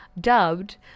dubbed